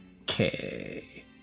Okay